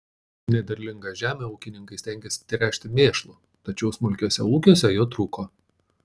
nederlingą žemę ūkininkai stengėsi tręšti mėšlu tačiau smulkiuose ūkiuose jo trūko